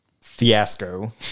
fiasco